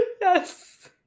Yes